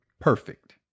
perfect